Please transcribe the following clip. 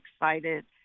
excited